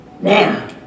Now